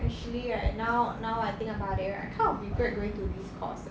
actually right now now I think about it right kind of regret going to this course leh